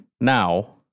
Now